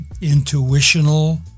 intuitional